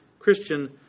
Christian